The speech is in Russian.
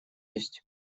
есть